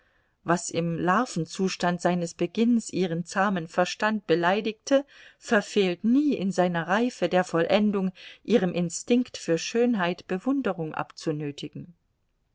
was im larvenzustand seines beginns ihren zahmen verstand beleidigte verfehlt nie in seiner reife der vollendung ihrem instinkt für schönheit bewunderung